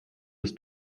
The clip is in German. bis